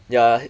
ya